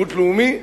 ולשירות לאומי,